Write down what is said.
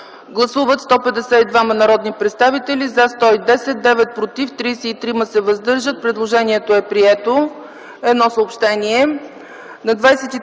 Гласували 152 народни представители: за 110, против 9, въздържали се 33. Предложението е прието. Едно съобщение: